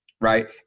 right